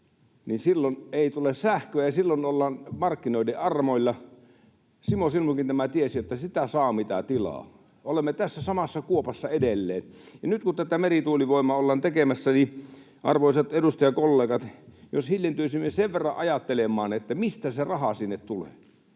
niin silloin ei tule sähköä ja silloin ollaan markkinoiden armoilla. Simo Silmukin tämän tiesi, että sitä saa, mitä tilaa. Olemme tässä samassa kuopassa edelleen. Nyt kun tätä merituulivoimaa ollaan tekemässä, niin, arvoisat edustajakollegat, jos hiljentyisimme sen verran ajattelemaan, että mistä se raha sinne tulee.